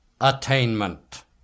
attainment